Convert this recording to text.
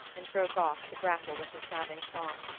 and broke off to grapple with the stabbing thought.